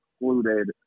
excluded